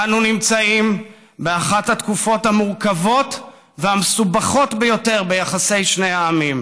אנו נמצאים באחת התקופות המורכבות והמסובכות ביותר ביחסי שני העמים,